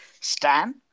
stan